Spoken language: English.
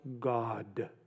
God